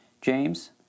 James